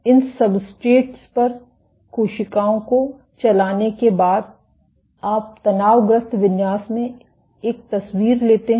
इन substrates पर कोशिकाओं को चलाने के बाद आप तनावग्रस्त विन्यास में एक तस्वीर लेते हैं